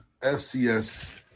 FCS